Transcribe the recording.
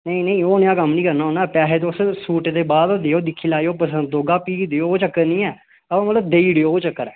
नेईं नेईं उये नेहा कम्म नी करना हुन्ना पैसे तुस सूटे दे बाद देओ दिक्खी लैयो पसंद औगा फ्ही देओ ओह् चक्कर नी ऐ आं मतलब देई उड़ेओ ओह् चक्कर ऐ